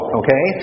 okay